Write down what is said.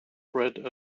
bread